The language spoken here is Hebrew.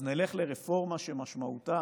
נלך לרפורמה שמשמעותה